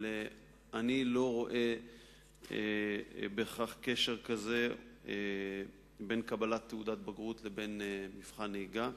אבל אני לא רואה בהכרח קשר בין קבלת תעודת בגרות לבין מבחן נהיגה.